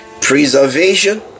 preservation